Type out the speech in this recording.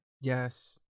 Yes